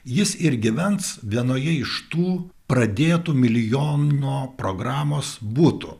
jis ir gyvens vienoje iš tų pradėtų milijono programos būtų